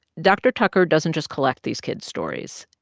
dr. tucker doesn't just collect these kids' stories.